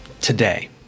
Today